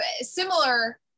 similar